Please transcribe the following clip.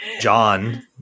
John